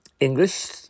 English